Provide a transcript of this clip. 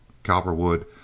Cowperwood